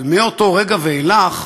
אבל מאותו רגע ואילך,